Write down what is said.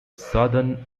southern